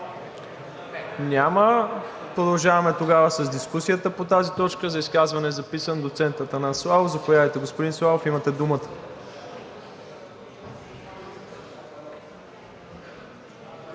Няма. Продължаваме тогава с дискусията по тази точка. За изказване е записан доцент Атанас Славов. Заповядайте, господин Славов, имате думата.